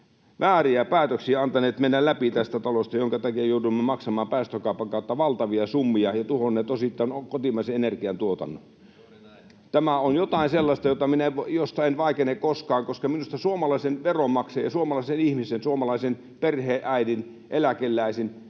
tästä talosta antaneet mennä läpi näitä vääriä päätöksiä, joiden takia joudumme maksamaan päästökaupan kautta valtavia summia ja olemme osittain tuhonneet kotimaisen energiantuotannon. [Petri Huru: Juuri näin!] Tämä on jotain sellaista, josta en vaikene koskaan, koska minusta suomalaisen veronmaksajan ja suomalaisen ihmisen, suomalaisen perheenäidin, eläkeläisen,